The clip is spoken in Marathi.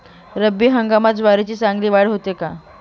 रब्बी हंगामात ज्वारीची चांगली वाढ होते का?